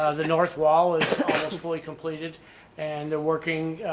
ah the north wall is fully completed and they're working,